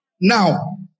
Now